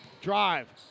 Drive